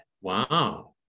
Wow